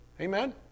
Amen